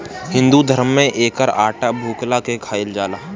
हिंदू धरम में एकर आटा भुखला में खाइल जाला